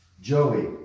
Joey